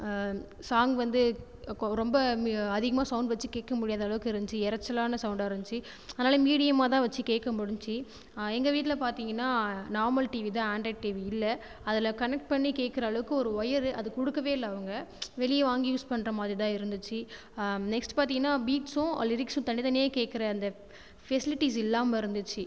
song வந்து கொ ரொம்ப அதிகமாக சௌண்ட் வச்சு கேட்க முடியாத அளவுக்குருந்துச்சு எறச்சலான சௌண்டாக இருந்துச்சு அதனால மீடியமாதான் வச்சு கேட்க முடிஞ்சிச்சு எங்கள் வீட்டில பார்த்திங்கனா நார்மல் டிவி தான் ஆண்ட்ராய்டு டிவி இல்லை அதில் கனெக்ட் பண்ணி கேட்குற அளவுக்கு ஒரு ஒயரு அது கொடுக்கவே இல்லை அவங்க வெளியே வாங்கி யூஸ் பண்ணுற மாதிரி தான் இருந்துச்சு நெக்ஸ்ட் பார்த்திங்கனா பீட்ஸும் லிரிக்ஸும் தனித்தனியாக கேட்குற அந்த ஃபெசிலிட்டிஸ் இல்லாமல் இருந்துச்சு